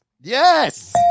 Yes